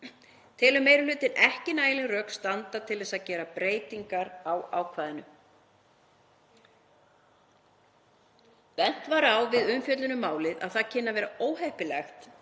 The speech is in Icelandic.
Telur meiri hlutinn ekki nægjanleg rök standa til þess að gera breytingar á ákvæðinu. Bent var á við umfjöllun um málið að það kynni að vera óheppilegt